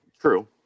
True